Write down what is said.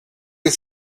you